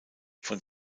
von